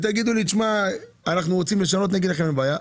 אם תגידו לי: "אנחנו רוצים לשנות" אני אגיד לכם: "אין בעיה,